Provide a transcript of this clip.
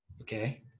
Okay